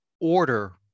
order